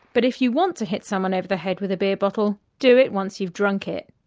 but if you want to hit someone over the head with a beer bottle, do it once you've drunk it.